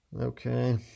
okay